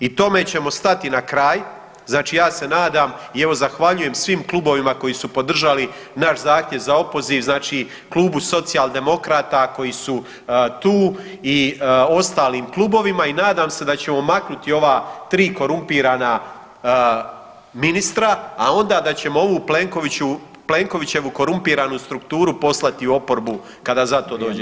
I tome ćemo stati na kraj, znači ja se nadam i evo zahvaljujem svim klubovima koji su podržali naš zahtjev za opoziv, znači klubu Socijaldemokrata koji su tu i ostalim klubovima i nadam se da ćemo maknuti ova tri korumpirana ministra, a onda da ćemo ovu Plenkovićevu korumpiranu strukturu poslati u oporbu kada za to dođe vrijeme.